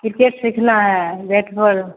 cricket सीखना है bat बल